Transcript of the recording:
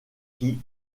qui